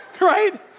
right